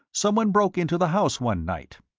someone broke into the house one night.